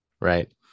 right